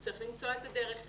צריך למצוא את הדרך איך,